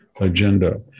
agenda